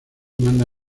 manda